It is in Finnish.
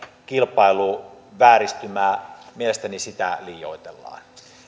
kilpailuvääristymä mielestäni sitä liioitellaan